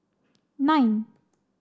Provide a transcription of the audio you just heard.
nine